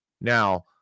Now